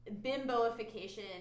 bimboification